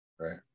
Right